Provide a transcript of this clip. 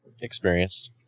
experienced